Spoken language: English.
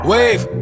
Wave